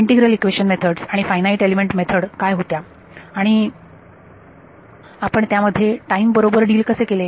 integral equation methods आणि finite element method काय होत्या आणि आपण त्यामध्ये टाईम बरोबर डिल कसे केले